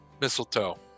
Mistletoe